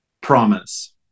promise